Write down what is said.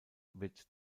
wird